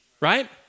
right